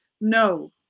no